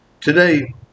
Today